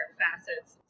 facets